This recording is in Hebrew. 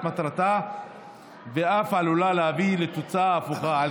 מטרתה ואף עלולה להביא לתוצאה הפוכה.